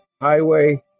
highway